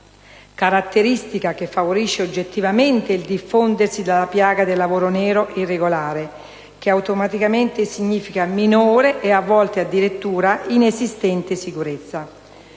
Caratteristica che favorisce oggettivamente il diffondersi della piaga del lavoro nero e irregolare. Che automaticamente significa minore (quando addirittura inesistente) sicurezza».